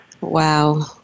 Wow